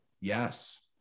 yes